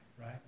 right